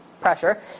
pressure